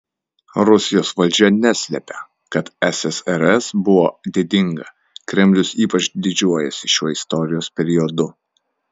rusijos valdžia neslepia kad ssrs buvo didinga kremlius ypač didžiuojasi šiuo istorijos periodu